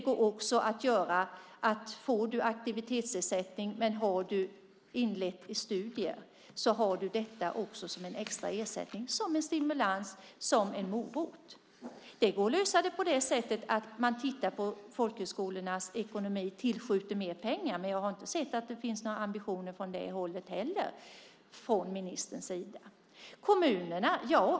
Får man aktivitetsersättning och har inlett studier får man det som en extra ersättning, som en stimulans, som en morot. Man kan lösa det genom att titta på folkhögskolornas ekonomi och tillskjuta mer pengar. Men jag har inte sett att det finns några ambitioner åt det hållet heller från ministerns sida.